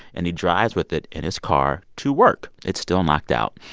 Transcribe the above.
and he drives with it in his car to work. it's still knocked out.